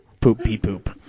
poop-pee-poop